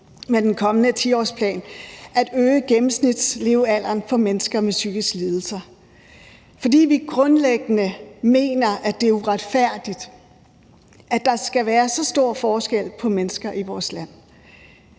med den kommende 10-årsplan er netop at øge gennemsnitslevealderen for mennesker med psykiske lidelser, fordi vi grundlæggende mener, at det er uretfærdigt, at der skal være så stor forskel på mennesker i vores land.